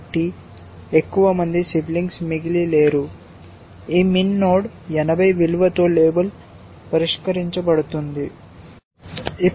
కాబట్టి ఎక్కువ మంది సిబ్లింగ్స్ మిగిలి లేరు ఈ min నోడ్ 80 విలువతో పరిష్కరించబడుతుంది అని లేబుల్ చేయబడతుంది